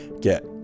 Get